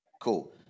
Cool